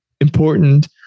important